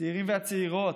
הצעירים והצעירות,